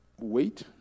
Wait